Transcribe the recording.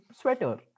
sweater